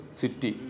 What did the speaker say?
city